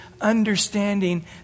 understanding